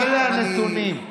אלה הנתונים.